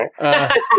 Right